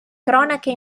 cronache